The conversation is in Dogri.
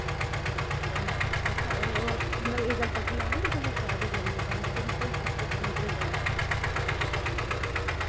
पक्का मतलब एह् गल्ल पक्की ऐ ना कि तुस शैल ही करियो कम्म क्यूंकि मैं पूरा